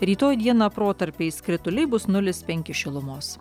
rytoj dieną protarpiais krituliai bus nulis penki šilumos